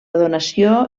donació